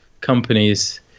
companies